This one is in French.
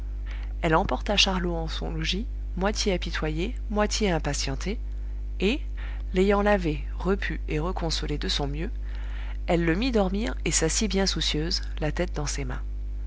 elle emporta charlot en son logis moitié apitoyée moitié impatientée et l'ayant lavé repu et reconsolé de son mieux elle le mit dormir et s'assit bien soucieuse la tête dans ses mains